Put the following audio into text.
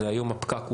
היום הפקק,